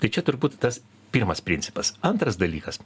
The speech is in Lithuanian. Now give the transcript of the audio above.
tai čia turbūt tas pirmas principas antras dalykas